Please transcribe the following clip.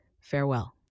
Farewell